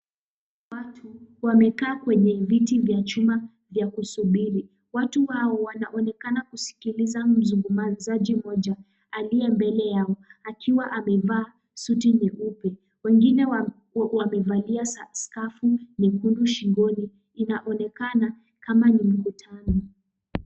Watu wamekaa kwenye viti vya chuma ya kusuburi ,watu hao wanaonekana kusikiliza mzungumzaji mmoja aliye mbele yao akiwa amevaa suti nyeupe wengine wamevalia skafu mwekundu shingoni inaonekana kama ni mkutano.